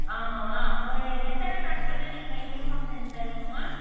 ஆமாவா ஒரு எத்தனை நாட்களில் நீங்கள் யூனிஃபார்ம் செஞ்சு தருவீங்கமா